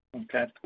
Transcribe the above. Okay